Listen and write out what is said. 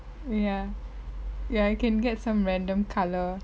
ya ya you can get some random color